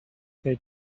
they